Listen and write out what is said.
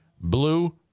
blue